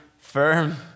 firm